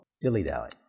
dilly-dally